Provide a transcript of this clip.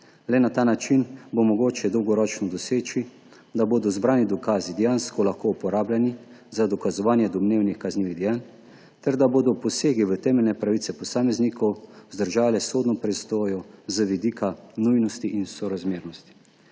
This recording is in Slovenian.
Le na ta način bo mogoče dolgoročno doseči, da bodo zbrani dokazi dejansko lahko uporabljeni za dokazovanje domnevnih kaznivih dejanj ter da bodo posegi v temeljne pravice posameznikov vzdržali sodno presojo z vidika nujnosti in sorazmernosti.